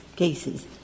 Cases